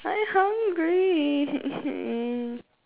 I hungry